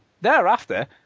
thereafter